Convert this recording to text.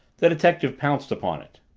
the detective pounced upon it.